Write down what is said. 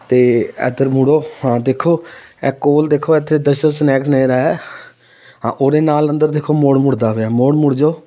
ਅਤੇ ਇੱਧਰ ਮੁੜੋ ਹਾਂ ਦੇਖੋ ਇਹ ਕੋਲ ਦੇਖੋ ਇੱਥੇ ਦਸ਼ਥ ਸਨੈਕਸ ਨੈਲ ਹੈ ਹਾਂ ਉਹਦੇ ਨਾਲ ਅੰਦਰ ਦੇਖੋ ਮੋੜ ਮੁੜਦਾ ਪਿਆ ਮੋੜ ਮੁੜ ਜਾਓ